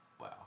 Wow